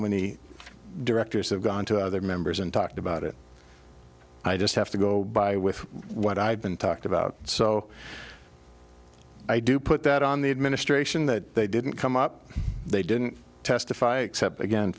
many directors have gone to other members and talked about it i just have to go by with what i've been talked about so i do put that on the administration that they didn't come up they didn't testify except again